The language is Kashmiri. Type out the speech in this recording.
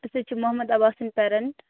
أسۍ حظ چھِ مُحمَد عَباسٕن پَیرنٹ